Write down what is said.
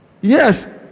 Yes